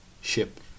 ship